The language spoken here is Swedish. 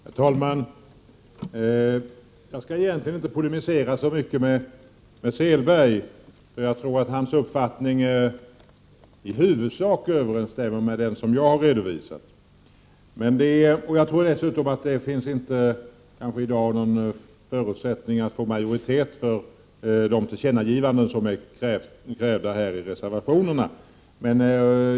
Herr talman! Jag skall egentligen inte polemisera så mycket med Åke Selberg, eftersom jag tror att hans uppfattning i huvudsak överensstämmer med den som jag har redovisat. Dessutom tror jag inte att det i dag finns någon förutsättning att få majoritet för de tillkännagivanden som krävs i reservationerna.